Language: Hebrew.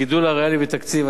הגידול הריאלי בתקציב,